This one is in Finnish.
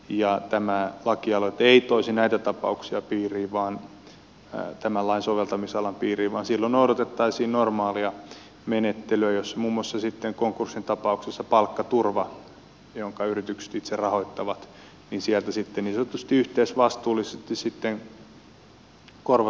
ja tämä lakialoite ei toisi näitä tapauksia tämän lain soveltamisalan piiriin vaan silloin noudatettaisiin normaalia menettelyä jossa muun muassa sitten konkurssin tapauksessa palkkaturvasta jonka yritykset itse rahoittavat sitten niin sanotusti yhteisvastuullisesti korvataan työntekijöiden menetykset